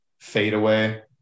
fadeaway